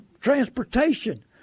transportation